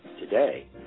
today